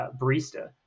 barista